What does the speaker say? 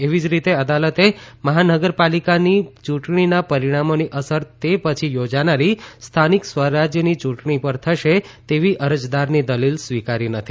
એવી જ રીતે અદાલતે મહાનગરપાલિકાની ચુંટણીના પરીણામોની અસર તે પછી યોજાનારી સ્થાનિક સ્વરાજયની ચુંટણી પર થશે તેવી અરજદારની દલીલ સ્વીકારી નથી